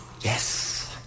Yes